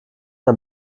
ein